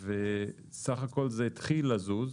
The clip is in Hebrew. בסך הכול זה התחיל לזוז.